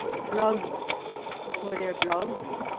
flogged for their blogs,